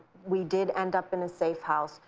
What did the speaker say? we did end up in a safe house,